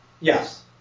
Yes